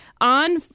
on